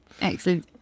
Excellent